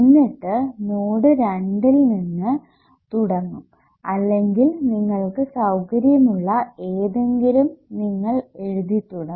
എന്നിട്ട് നോഡ് 2 യിൽ നിന്ന് തുടങ്ങും അല്ലെങ്കിൽ നിങ്ങൾക്ക് സൌകര്യമുള്ള ഏതെങ്കിലും നിങ്ങൾ എഴുതി തുടങ്ങും